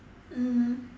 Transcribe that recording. mmhmm